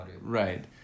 right